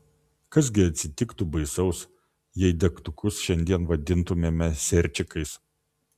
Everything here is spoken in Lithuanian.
kas gi atsitiktų baisaus jei degtukus šiandien vadintumėme sierčikais